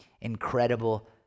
incredible